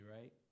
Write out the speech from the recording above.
Right